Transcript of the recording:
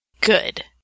Good